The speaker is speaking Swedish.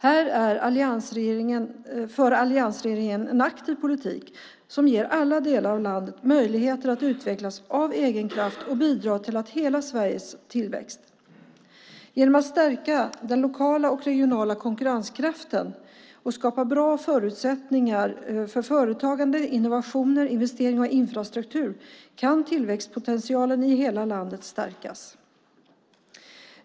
Här för alliansregeringen en aktiv politik som ger alla delar av landet möjligheter att utvecklas av egen kraft och bidra till hela Sveriges tillväxt. Genom att stärka den lokala och regionala konkurrenskraften och skapa bra förutsättningar för företagande, innovationer, investeringar och infrastruktur kan tillväxtpotentialen i hela landet stärkas.